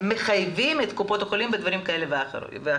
ומחייבים את קופות החולים בדברים כאלה ואחרים.